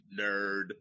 nerd